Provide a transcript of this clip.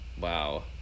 Wow